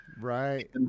Right